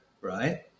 right